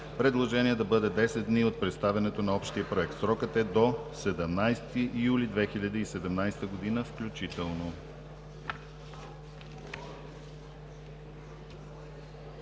предложения да бъде 10 дни от представянето на Общия проект. Срокът е до 17 юли 2017 г., включително.